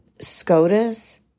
SCOTUS